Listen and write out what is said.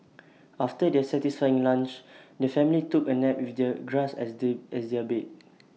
after their satisfying lunch the family took A nap with their grass as as their bed